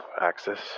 axis